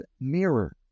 mirror